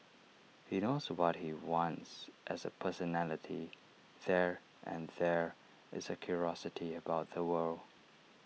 he knows what he wants as A personality there and there is A curiosity about the world